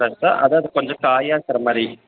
ஃபிரஷ்ஷாக அதான் கொஞ்சம் காயாக இருக்குறமாதிரி